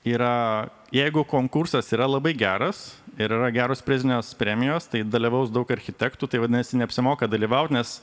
yra jeigu konkursas yra labai geras ir yra geros prizinės premijos tai dalyvaus daug architektų tai vadinasi neapsimoka dalyvauti nes